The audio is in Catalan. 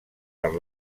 per